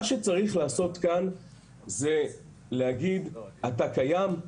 מה שצריך לעשות כאן זה להגיד שאתה קיים,